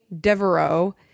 Devereaux